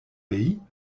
pays